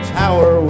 tower